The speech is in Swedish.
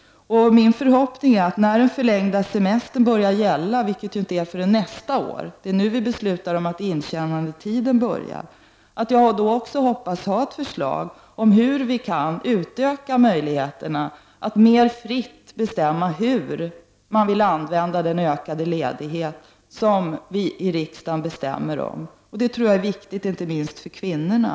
När den förlängda semestern börjar gälla nästa år — nu beslutar vi om intjänandetidens början — hoppas jag kunna lägga fram ett förslag om hur människor själva skall kunna bestämma hur den utökade ledigheten skall användas. Det tror jag är viktigt, inte minst för kvinnorna.